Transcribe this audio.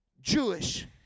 Jewish